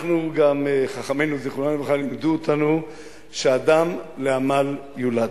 חכמינו זיכרונם לברכה לימדו אותנו שאדם לעמל יולד,